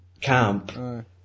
camp